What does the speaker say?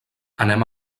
anem